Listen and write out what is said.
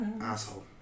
Asshole